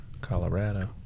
Colorado